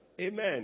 Amen